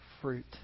fruit